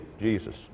Jesus